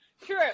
True